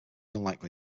unlikely